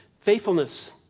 Faithfulness